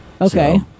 Okay